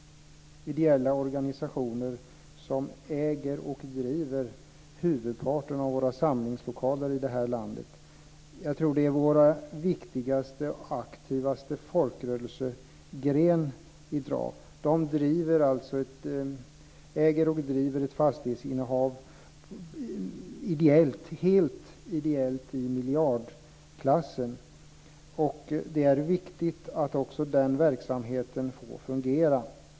Ideella organisationer äger och driver huvudparten av våra samlingslokaler i detta land. Jag tror att det är vår viktigaste och aktivaste folkrörelsegren i dag. De äger och driver helt ideellt ett fastighetsinnehav i miljardklassen. Det är viktigt att också den verksamheten får fungera.